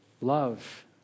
love